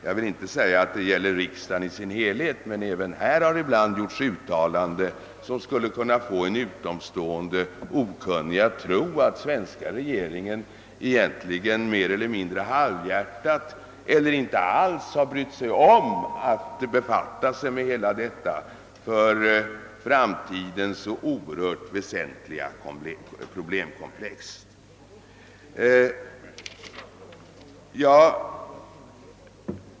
Jag vill inte säga att denna inställning gäller riksdagen i dess helhet, men även här har ibland gjorts uttalanden som skulle kunna få en utomstående att tro att den svenska regeringen mer eller mindre halvhjärtat eller inte ails har brytt sig om att befatta sig med hela detta för framtiden så oerhört väsentliga problemkomplex.